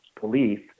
belief